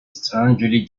strangely